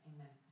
Amen